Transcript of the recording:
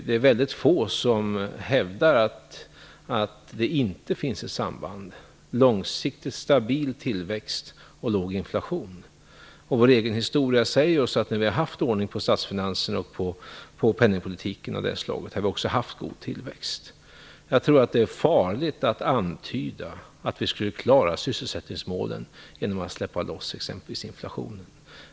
Det är få som hävdar att det inte finns ett samband mellan långsiktigt stabil tillväxt och låg inflation. Vår egen historia säger oss, att när vi har haft ordning på statsfinanser och penningpolitik har vi också haft god tillväxt. Jag tror att det är farligt att antyda att vi skulle klara sysselsättningen exempelvis genom att släppa loss inflationen.